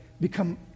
become